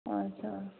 ꯍꯣꯏ